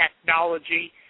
technology